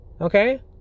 okay